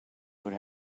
would